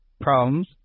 problems